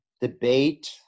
debate